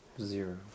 Zero